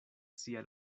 sia